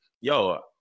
yo